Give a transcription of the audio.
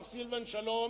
מר סילבן שלום,